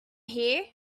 hear